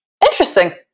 interesting